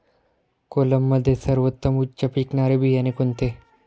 कोलममध्ये सर्वोत्तम उच्च पिकणारे बियाणे कोणते?